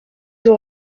ont